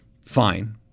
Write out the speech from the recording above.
Fine